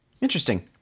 Interesting